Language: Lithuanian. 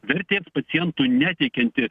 vertės pacientui neteikiantį